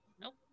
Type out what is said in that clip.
Nope